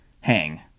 hang